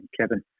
kevin